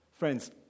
Friends